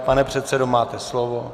Pane předsedo, máte slovo.